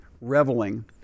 reveling